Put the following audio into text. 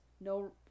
no